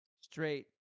straight